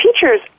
teachers